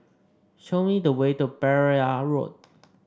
show me the way to Pereira Road